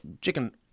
chicken